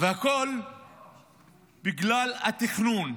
הכול בגלל התכנון.